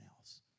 else